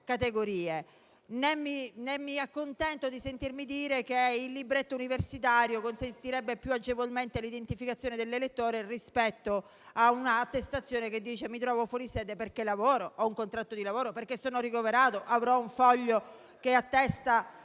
né mi accontento di sentirmi dire che il libretto universitario consentirebbe più agevolmente l'identificazione dell'elettore rispetto a un'attestazione che dice che un elettore si trova fuori sede perché ha un contratto di lavoro o perché ricoverato, un foglio che attesta